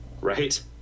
right